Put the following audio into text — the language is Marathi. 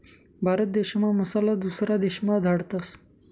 भारत देशना मसाला दुसरा देशमा धाडतस